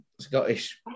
Scottish